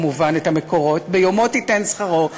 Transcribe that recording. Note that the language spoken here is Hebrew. "ביומו תתן שכרו".